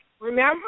remember